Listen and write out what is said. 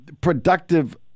productive